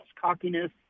cockiness